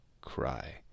cry